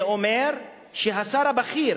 זה אומר שהשר הבכיר,